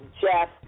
Jeff